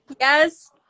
Yes